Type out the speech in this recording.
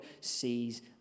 sees